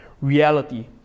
reality